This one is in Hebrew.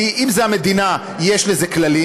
כי אם זה המדינה יש לזה כללים,